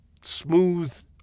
smooth